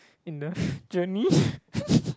in the journey